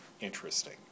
interesting